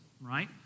right